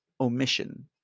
omission